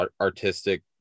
artistic